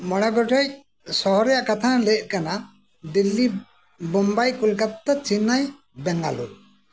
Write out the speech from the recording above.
ᱢᱚᱬᱮ ᱜᱚᱴᱮᱡ ᱥᱚᱦᱚᱨ ᱨᱮᱱᱟᱜ ᱠᱟᱛᱷᱟᱤᱧ ᱞᱟᱹᱭᱮᱫ ᱠᱟᱱᱟ ᱫᱤᱞᱞᱤ ᱵᱳᱢᱵᱟᱭ ᱠᱳᱞᱠᱟᱛᱟ ᱪᱮᱱᱱᱟᱭ ᱵᱮᱜᱟᱞᱳᱨ